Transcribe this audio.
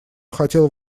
хотел